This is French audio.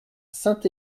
saint